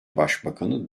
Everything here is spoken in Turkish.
başbakanı